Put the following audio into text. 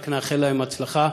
רק נאחל להם הצלחה,